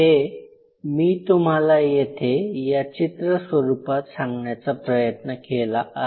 हे मी तुम्हाला येथे या चित्र स्वरूपात सांगण्याचा प्रयत्न केला आहे